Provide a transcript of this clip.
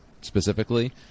specifically